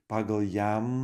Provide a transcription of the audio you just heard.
pagal jam